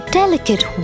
delicate